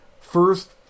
first